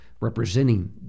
representing